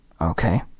Okay